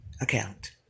account